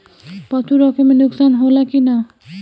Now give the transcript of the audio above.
पशु रखे मे नुकसान होला कि न?